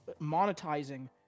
monetizing